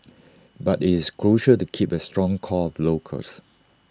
but IT is crucial to keep A strong core of locals